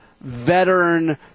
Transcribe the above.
veteran